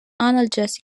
analgesic